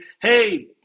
Hey